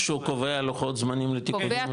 שהוא קובע לוחות זמנים לתיקונים?